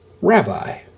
rabbi